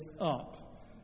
up